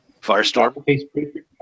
Firestorm